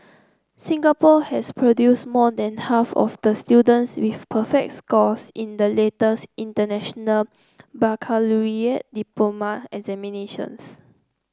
Singapore has produced more than half of the students with perfect scores in the latest International Baccalaureate diploma examinations